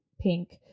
pink